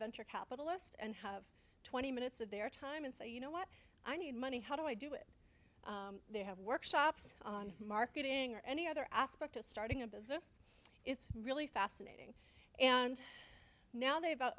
venture capitalist and have twenty minutes of their time and say you know what i need money how do i do it they have workshops on marketing or any other aspect of starting a business it's really fascinating and now they about